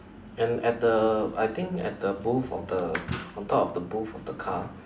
and at the I think at the booth of the on top of the booth of the car